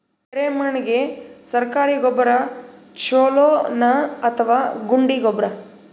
ಎರೆಮಣ್ ಗೆ ಸರ್ಕಾರಿ ಗೊಬ್ಬರ ಛೂಲೊ ನಾ ಅಥವಾ ಗುಂಡಿ ಗೊಬ್ಬರ?